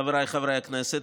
חבריי חברי הכנסת,